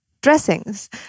dressings